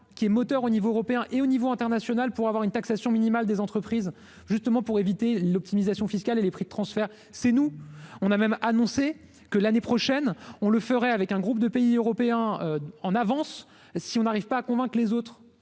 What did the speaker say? qui est moteur au niveau européen et au niveau international pour avoir une taxation minimale des entreprises justement pour éviter l'optimisation fiscale et les prix de transfert, c'est nous, on a même annoncé que l'année prochaine, on le ferait avec un groupe de pays européens en avance si on n'arrive pas à convaincre les autres,